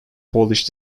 polish